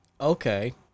Okay